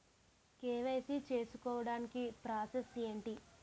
KYC చేసుకోవటానికి process ఏంటి?